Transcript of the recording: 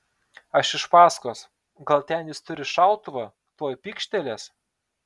aš iš paskos gal ten jis turi šautuvą tuoj pykštelės